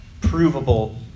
provable